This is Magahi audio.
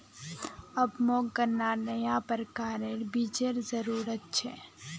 अब मोक गन्नार नया प्रकारेर बीजेर जरूरत छ